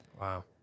Wow